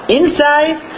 inside